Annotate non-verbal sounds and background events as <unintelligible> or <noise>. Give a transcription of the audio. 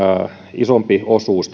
isompi osuus <unintelligible>